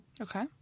Okay